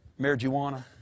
Marijuana